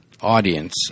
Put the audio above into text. Audience